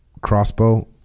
crossbow